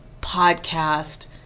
podcast